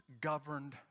governed